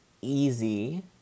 easy